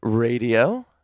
Radio